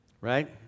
Right